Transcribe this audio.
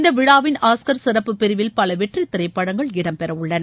இந்த விழாவின் ஆஸ்கார் சிறப்பு பிரிவில் பல வெற்றி திரைப்படங்கள் இடம்பெறவுள்ளன